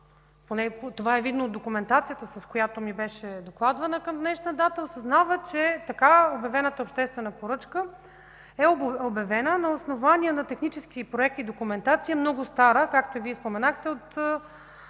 това е видно от документацията, която ми беше докладвана към днешна дата, че така обявената обществена поръчка е обявена на основание на технически проект и документация – много стара, както Вие споменахте,